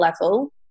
level